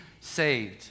saved